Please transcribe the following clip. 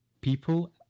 people